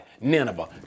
Nineveh